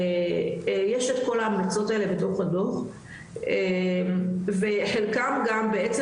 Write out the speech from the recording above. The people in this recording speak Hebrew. יש את כל ההמלצות האלה בתוך הדוח וחלקם גם בעצם